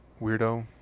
weirdo